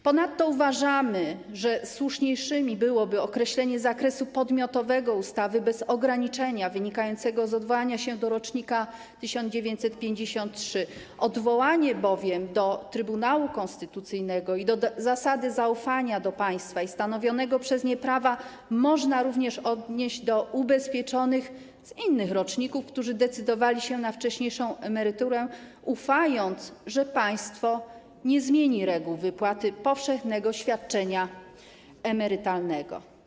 Ponadto uważamy, że słuszniejsze byłoby określenie zakresu podmiotowego ustawy bez ograniczenia wynikającego z odwołania się do rocznika 1953, odwołanie się bowiem do Trybunału Konstytucyjnego i do zasady zaufania do państwa i stanowionego przez nie prawa można również odnieść do ubezpieczonych z innych roczników, którzy decydowali się na wcześniejszą emeryturę, ufając, że państwo nie zmieni reguł wypłaty powszechnego świadczenia emerytalnego.